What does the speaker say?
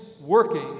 working